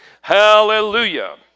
Hallelujah